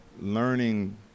learning